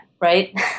Right